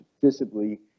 visibly